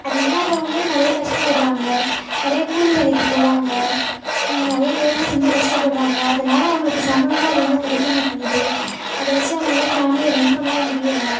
அது இல்லாதவங்க நிறைய கஷ்டப்படுறாங்க நிறைய கூலி வேலைக்கு போகிறாங்க நிறைய வேர்வை சிந்தி கஷ்டப்படுறாங்க அதனால அவங்களுக்கு சம்பளமும் அதிகமாக கிடைக்க மாட்டேங்குது அதை வச்சு அவங்களால ஃபேமிலியை ரன் பண்ணவும் முடியலை